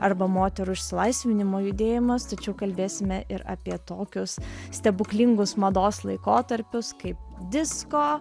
arba moterų išsilaisvinimo judėjimas tačiau kalbėsime ir apie tokius stebuklingus mados laikotarpius kaip disko